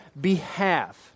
behalf